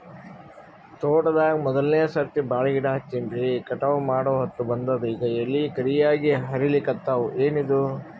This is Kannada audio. ತೋಟದಾಗ ಮೋದಲನೆ ಸರ್ತಿ ಬಾಳಿ ಗಿಡ ಹಚ್ಚಿನ್ರಿ, ಕಟಾವ ಮಾಡಹೊತ್ತ ಬಂದದ ಈಗ ಎಲಿ ಕರಿಯಾಗಿ ಹರಿಲಿಕತ್ತಾವ, ಏನಿದು?